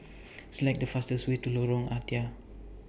Select The fastest Way to Lorong Ah Thia